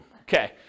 okay